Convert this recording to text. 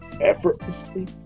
effortlessly